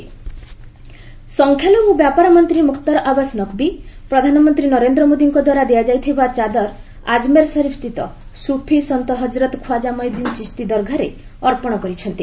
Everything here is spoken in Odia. ଆଜ୍ମେର ଉର୍ସ ସଂଖ୍ୟାଲଘୁ ବ୍ୟାପାର ମନ୍ତ୍ରୀ ମୁକ୍ତାର ଆବାସ୍ ନକ୍ବି ପ୍ରଧାନମନ୍ତ୍ରୀ ନରେନ୍ଦ୍ର ମୋଦିଙ୍କ ଦ୍ୱାରା ଦିଆଯାଇଥିବା ଚାଦର ଆଜମେର ସରିଫ୍ ସ୍ଥିତ ସୁଫି ସନ୍ଥ ହଜରତ୍ ଖ୍ୱାଚ୍ଚା ମଇଉଦ୍ଦିନ୍ ଚିସ୍ତି ଦରଘାରେ ଅର୍ପଣ କରିଛନ୍ତି